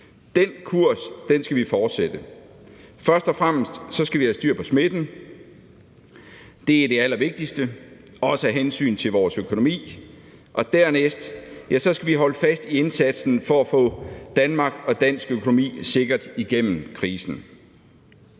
Den kurs skal vi fortsætte. Først og fremmest skal vi have styr på smitten; det er det allervigtigste, også af hensyn til vores økonomi; dernæst skal vi holde fast i indsatsen for at få Danmark og dansk økonomi sikkert igennem krisen.